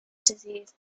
disease